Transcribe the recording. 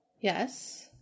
Yes